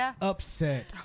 upset